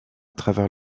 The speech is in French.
travers